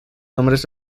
nombres